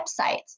websites